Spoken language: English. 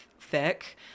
thick